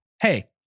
Hey